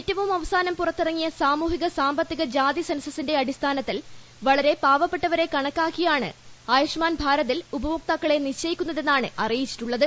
ഏറ്റവും അവസാനം പുറത്തിറങ്ങിയ സാമൂഹിക സാമ്പത്തിക ജാതി സെൻസസിന്റെ അടിസ്ഥാനത്തിൽ വളരെ പ്പാവപ്പെട്ടവരെ കണക്കാക്കിയാണ് ആയുഷ്മാൻ ഭാരതിൽ ഉപ്പട്ടോക്താക്കളെ നിശ്ചയിക്കുന്നതെന്നാണ് അറിയിച്ചിട്ടുള്ളത്